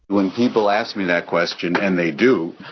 when people ask me that question, and they do,